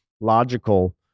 logical